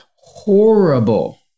horrible